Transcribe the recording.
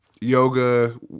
Yoga